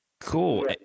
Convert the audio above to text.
Cool